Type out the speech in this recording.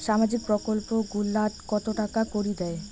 সামাজিক প্রকল্প গুলাট কত টাকা করি দেয়?